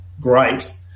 great